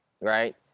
Right